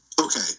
Okay